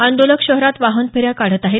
आंदोलक शहरातून वाहन फेऱ्या काढत आहेत